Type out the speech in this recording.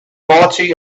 party